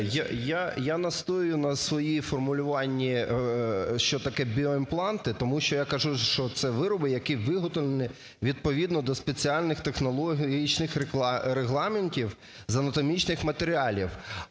Я настоюю на своєму формулюванні, що таке біоімпланти, тому що я кажу, що це вироби, які вироблені відповідно до спеціальних технологічних регламентів з анатомічних матеріалів.